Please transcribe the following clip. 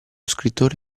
scrittore